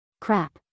Crap